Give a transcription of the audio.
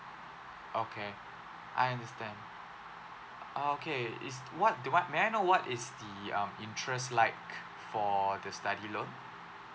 okay I understand uh okay is what do what may I know what is the um interest like for the study loan